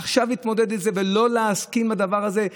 עכשיו להתמודד עם זה ולא להסכים לדבר הזה,